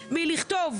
אבל בתקנון כתוב.